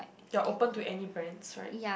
you're open to any brands right